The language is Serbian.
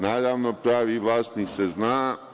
Naravno, pravi vlasnik se zna.